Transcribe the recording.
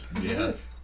Yes